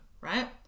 right